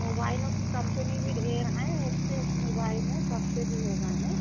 मोबाइलों की कंपनी भी ढेर हैं एक से एक मोबाइल हैं सस्ते भी हो गए हैं